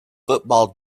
football